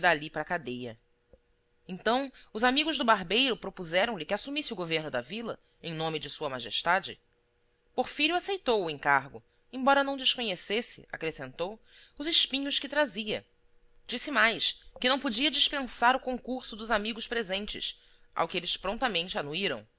dali para a cadeia então os amigos do barbeiro propuseram lhe que assumisse o governo da vila em nome de sua majestade porfírio aceitou o encargo embora não desconhecesse acrescentou os espinhos que trazia disse mais que não podia dispensar o concurso dos amigos presentes ao que eles prontamente